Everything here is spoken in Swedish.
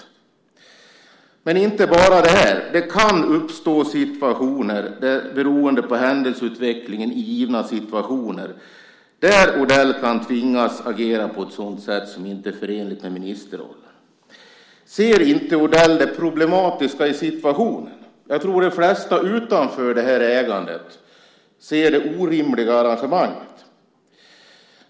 Men det är inte bara det. Det kan uppstå situationer, beroende på händelseutvecklingen i givna situationer, där Odell kan tvingas agera på ett sätt som inte är förenligt med ministerrollen. Ser inte Odell det problematiska i situationen? Jag tror att de flesta utanför det här ägandet ser det orimliga i arrangemanget.